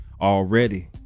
already